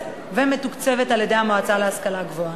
ומתוקצבת על-ידי המועצה להשכלה גבוהה.